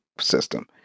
system